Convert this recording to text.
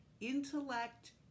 intellect